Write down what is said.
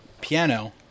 piano